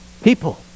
people